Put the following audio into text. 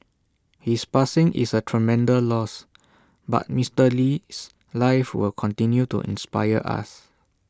his passing is A tremendous loss but Mister Lee's life will continue to inspire us